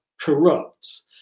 corrupts